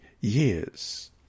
years